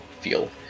feel